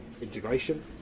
integration